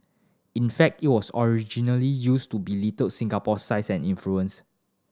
in fact it was originally used to belittle Singapore's size and influence